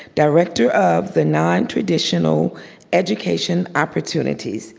director of the non traditional education opportunities.